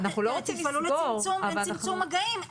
לצמצום מגעים,